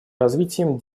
развитием